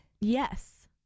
Yes